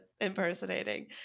impersonating